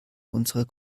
unserer